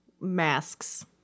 masks